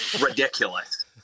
ridiculous